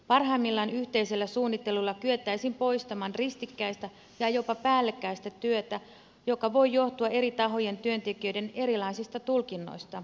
parhaimmillaan yhteisellä suunnittelulla kyettäisiin poistamaan ristikkäistä ja jopa päällekkäistä työtä joka voi johtua eri tahojen työntekijöiden erilaisista tulkinnoista